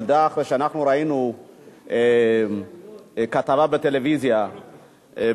נולדה אחרי שאנחנו ראינו כתבה בטלוויזיה על